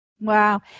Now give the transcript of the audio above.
Wow